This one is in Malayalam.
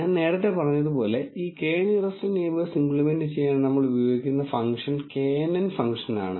ഞാൻ നേരത്തെ പറഞ്ഞതുപോലെ ഈ K നിയറെസ്റ് നെയിബേർസ് ഇമ്പ്ലിമെൻറ് ചെയ്യാൻ നമ്മൾ ഉപയോഗിക്കുന്ന ഫംഗ്ഷൻ knn ഫങ്ക്ഷനാണ്